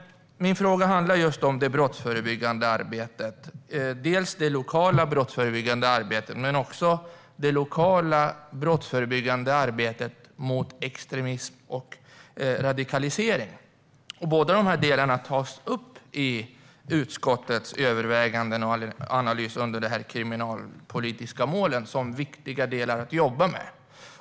Min fråga handlar just om det brottsförebyggande arbetet, dels det lokala brottsförebyggande arbetet, dels det lokala brottsförebyggande arbetet mot extremism och radikalisering. Båda delarna tas upp i utskottets överväganden och analys under de kriminalpolitiska målen som viktiga delar att jobba med.